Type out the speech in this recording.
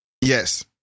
yes